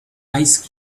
ice